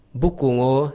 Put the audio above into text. bukungo